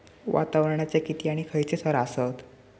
वातावरणाचे किती आणि खैयचे थर आसत?